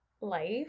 life